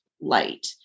light